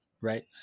right